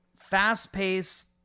fast-paced